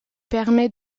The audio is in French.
permet